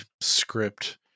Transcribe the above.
script